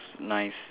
nice